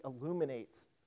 illuminates